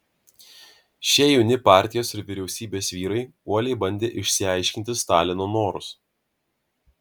šie jauni partijos ir vyriausybės vyrai uoliai bandė išsiaiškinti stalino norus